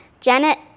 Janet